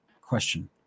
Question